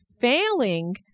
Failing